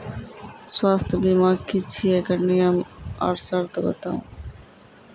स्वास्थ्य बीमा की छियै? एकरऽ नियम आर सर्त बताऊ?